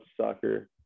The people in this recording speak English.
soccer